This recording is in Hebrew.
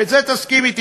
עם זה תסכים אתי,